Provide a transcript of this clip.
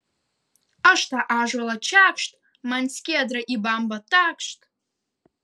aš tą ąžuolą čekšt man skiedra į bambą takšt